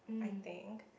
I think